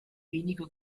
weniger